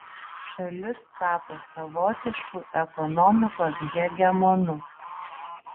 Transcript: šalis tapo savotišku ekonomikos hegemonu